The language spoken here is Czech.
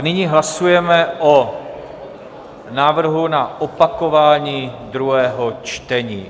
Nyní hlasujeme o návrhu na opakování druhého čtení.